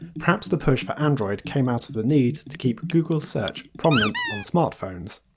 perhaps the push for android came out of the need to keep google search prominent on smartphones.